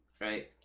right